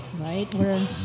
Right